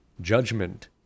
Judgment